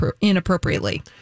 inappropriately